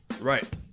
Right